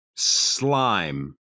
Slime